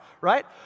right